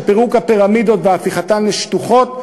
של פירוק הפירמידות והפיכתן לשטוחות,